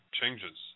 changes